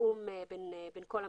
ותיאום בין כל המשרדים.